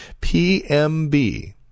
PMB